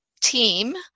team